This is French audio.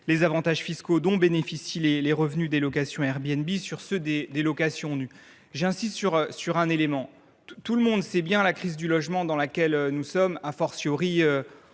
les avantages fiscaux dont bénéficient les revenus des locations Airbnb sur ceux des locations nues. J’insiste sur un élément : tout le monde connaît la crise du logement que nous traversons,